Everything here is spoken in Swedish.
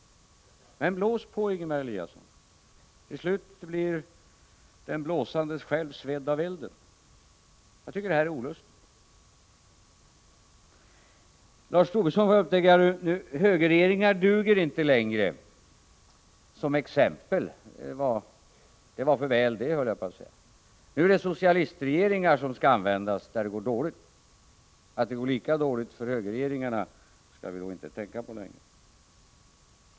Men blås på, Ingemar Eliasson. Till slut blir den blåsande själv svedd av elden. Jag tycker att det här är olustigt. Lars Tobisson får upptäcka att högerregeringar inte duger längre såsom exempel. Det var för väl höll jag på att säga. Nu är det socialistregeringar som skall användas där det går dåligt. Att det går lika dåligt för högerregeringarna skall vi nog inte tänka på längre.